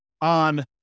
on